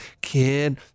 Kid